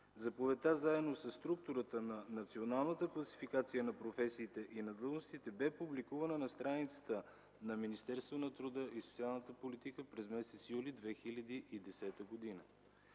Заповедта, заедно със структурата на Националната класификация на професиите и на длъжностите, бе публикувана на страницата на Министерството на труда и социалната политика през м. юли 2010 г.